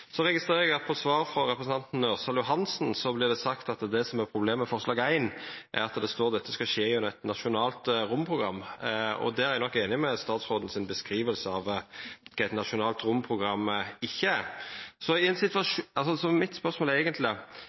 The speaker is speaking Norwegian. registrerer at på svar frå representanten Ørsal Johansen vart det sagt at det som er problemet med forslag nr. 1, er at det står at det skal skje «gjennom et nasjonalt romprogram». Der er eg nok einig i statsrådens beskriving av kva eit nasjonalt romprogram ikkje er.